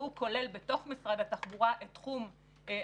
והוא כולל במשרד התחבורה את תחום המטענים,